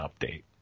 Update